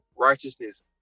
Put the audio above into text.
righteousness